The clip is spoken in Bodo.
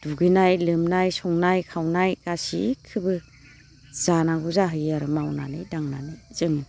दुगैनाय लोबनाय संनाय खावनाय गासिखोबो जानांगौ जाहैयो आरो मावनानै दांनानै जोङो